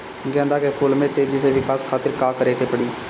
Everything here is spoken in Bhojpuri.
गेंदा के फूल में तेजी से विकास खातिर का करे के पड़ी?